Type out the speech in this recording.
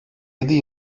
yedi